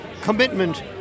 commitment